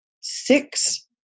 six